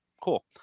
cool